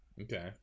Okay